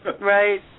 Right